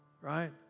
right